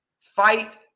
fight